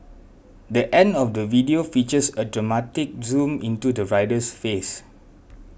the end of the video features a dramatic zoom into the rider's face